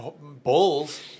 bulls